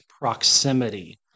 proximity